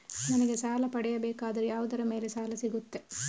ನನಗೆ ಸಾಲ ಪಡೆಯಬೇಕಾದರೆ ಯಾವುದರ ಮೇಲೆ ಸಾಲ ಸಿಗುತ್ತೆ?